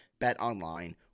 Betonline